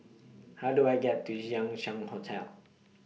How Do I get to Chang Ziang Hotel